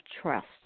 trust